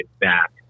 back